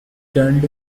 stunned